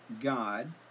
God